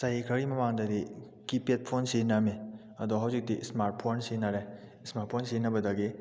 ꯆꯍꯤ ꯈꯔꯒꯤ ꯃꯃꯥꯡꯗꯗꯤ ꯀꯤꯄꯦꯗ ꯐꯣꯟ ꯁꯤꯖꯤꯟꯅꯔꯝꯃꯤ ꯑꯗꯣ ꯍꯧꯖꯤꯛꯇꯤ ꯏꯁꯃꯥꯔꯠ ꯐꯣꯟ ꯁꯤꯖꯤꯟꯅꯔꯦ ꯏꯁꯃꯥꯔꯠ ꯐꯣꯟ ꯁꯤꯖꯤꯟꯅꯕꯗꯒꯤ